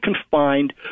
confined